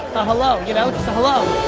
hello, you know, just a hello,